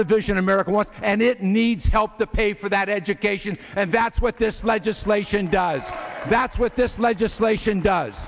vision america wants and it needs help to pay for that education and that's what this legislation does that's what this legislation does